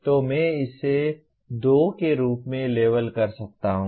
तो मैं इसे 2 के रूप में लेबल कर सकता हूं